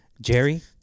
Jerry